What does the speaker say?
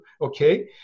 Okay